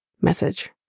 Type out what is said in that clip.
message